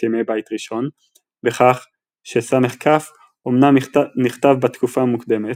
ימי בית ראשון בכך שס"כ אמנם נכתב בתקופה מוקדמת,